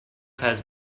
has